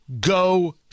Go